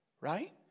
right